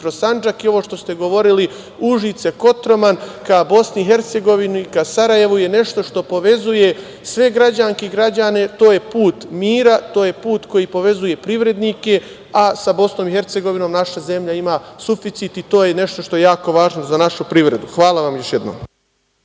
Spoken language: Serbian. kroz Sandžak i ovo što ste govorili, Užice-Kotroman ka BiH, ka Sarajevu, jeste nešto što povezuje sve građanke i građane, to je put mira, to je put koji povezuje privrednike, a sa BiH naša zemlja ima suficit i to je nešto što je jako važno za našu privredu. Hvala vam još jednom.